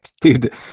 dude